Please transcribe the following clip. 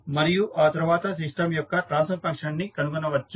మరియు ఆ తరువాత సిస్టమ్ యొక్క ట్రాన్స్ఫర్ ఫంక్షన్ ని కనుగొనవచ్చు